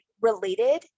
related